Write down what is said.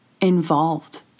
involved